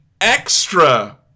extra